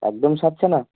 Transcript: একদম সারছে না